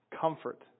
Comfort